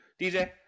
DJ